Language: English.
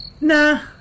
Nah